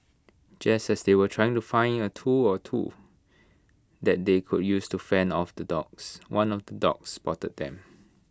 just as they were trying to finding A tool or two that they could use to fend off the dogs one of the dogs spotted them